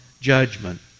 Judgment